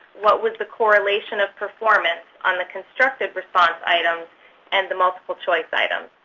what was the correlation of performance on the constructive response items and the multiple choice items?